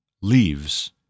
leaves